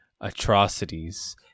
atrocities